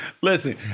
listen